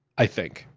i think,